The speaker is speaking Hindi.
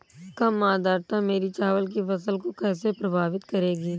कम आर्द्रता मेरी चावल की फसल को कैसे प्रभावित करेगी?